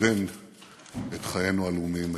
לכוון את חיינו הלאומיים היום.